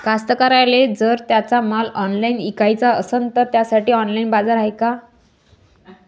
कास्तकाराइले जर त्यांचा माल ऑनलाइन इकाचा असन तर त्यासाठी ऑनलाइन बाजार हाय का?